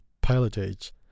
pilotage